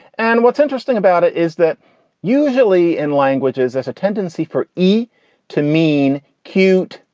and what's interesting about it is that usually in languages there's a tendency for e to mean cute,